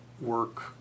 work